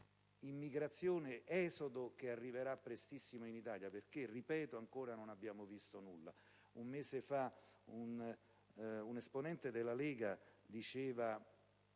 immigrazione/esodo che arriverà prestissimo in Italia perché - ripeto - ancora non abbiamo visto nulla. Un mese fa un esponente della Lega diceva